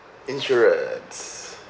insurance